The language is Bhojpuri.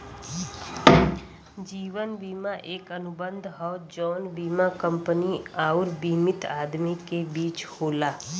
जीवन बीमा एक अनुबंध हौ जौन बीमा कंपनी आउर बीमित आदमी के बीच होला